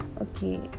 okay